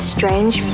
Strange